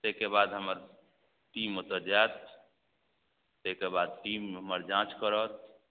ताहिके बाद हमर टीम ओतए जाएत ताहिके बाद टीम हमर जाँच करत